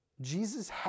Jesus